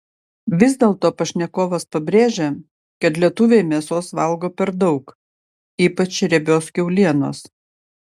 vis dėlto pašnekovas pabrėžia kad lietuviai mėsos valgo per daug ypač riebios kiaulienos